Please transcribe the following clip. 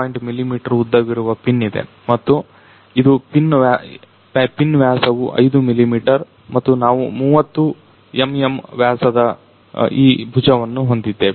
2 ಮಿಮೀ ಉದ್ದವಿರುವ ಪಿನ್ ಇದೆ ಮತ್ತು ಇದು ಪಿನ್ ವ್ಯಾಸವು 5 ಮಿಮೀ ಮತ್ತು ನಾವು 30 ಎಂಎಂ ವ್ಯಾಸದ ಈ ಭುಜವನ್ನು ಹೊಂದಿದೆ